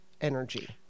energy